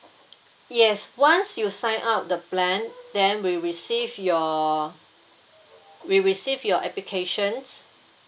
yes once you sign up the plan then we'll receive your we'll receive your applications